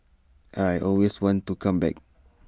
I always want to come back